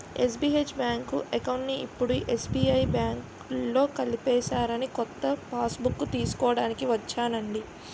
SBH bank అకౌంట్ని ఇప్పుడు SBI బాంకులో కలిపేసారని కొత్త పాస్బుక్కు తీస్కోడానికి ఒచ్చానండి